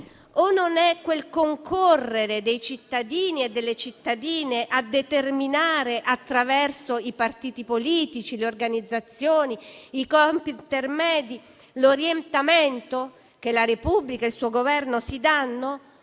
è forse quel concorrere dei cittadini e delle cittadine a determinare, attraverso i partiti politici, le organizzazioni e i corpi intermedi, l'orientamento che la Repubblica e il suo Governo si danno?